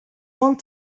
want